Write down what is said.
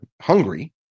hungry